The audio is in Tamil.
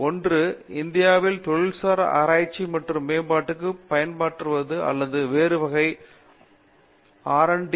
ஒன்று இந்தியாவில் தொழில்சார் ஆராய்ச்சி மற்றும் மேம்பாட்டுக்கு பயனாற்றுவது அல்லது வேறு வகை RD